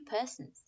persons